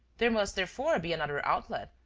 there must, therefore, be another outlet.